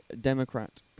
Democrat